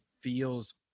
feels